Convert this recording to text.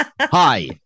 Hi